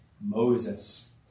Moses